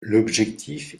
l’objectif